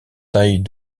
taille